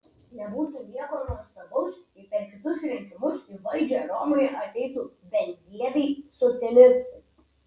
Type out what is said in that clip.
nebūtų nieko nuostabaus jei per kitus rinkimus į valdžią romoje ateitų bedieviai socialistai